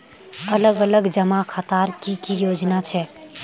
अलग अलग जमा खातार की की योजना छे?